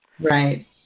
Right